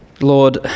Lord